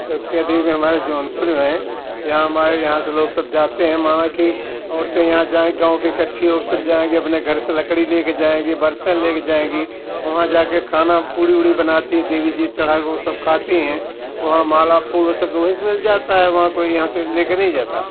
चौकिया देवी में हमारे जौनपुर में यहाँ हमारे यहाँ से लोग सब जाते हैं माना की औरतें यहाँ जहाँ गाँव कि इकट्ठी हो के सब जाएँगी सब अपने घर से लकड़ी ले के जाएँगी बर्तन लेके जाएँगी वहाँ जाकर खाना पूड़ी वूड़ी बनाती देवी जी चढ़ा वो सब खाती हैं वहाँ माला फूल सब तो वहीं से मिल जाता है वहाँ कोई यहाँ से लेके नहीं जाता है